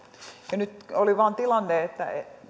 ja nyt oli vain tilanne että